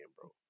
bro